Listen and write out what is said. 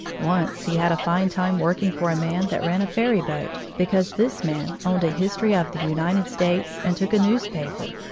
once he had a fine time working for a man that ran a ferry-boat, because this man owned a history of the united states and took a newspaper,